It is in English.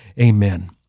Amen